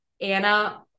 Anna